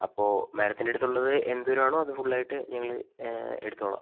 അപ്പോൾ മേഡത്തിൻ്റെ അടുത്തുള്ളത് എന്തോരം ആണോ അത് ഫുൾ ആയിട്ട് ഞങ്ങൾ എടുത്തോളാം